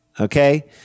Okay